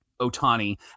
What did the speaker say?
Otani